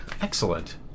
Excellent